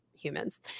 humans